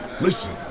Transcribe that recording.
listen